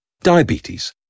Diabetes